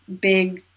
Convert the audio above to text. big